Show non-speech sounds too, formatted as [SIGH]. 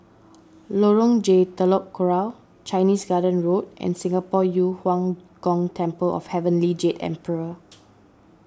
Lorong J Telok Kurau Chinese Garden Road and Singapore Yu Huang Gong Temple of Heavenly Jade Emperor [NOISE]